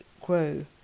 grow